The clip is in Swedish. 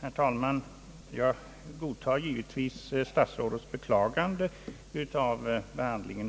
Herr talman! Jag godtar givetvis statsrådet Gustafssons beklagande av